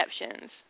exceptions